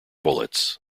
bullets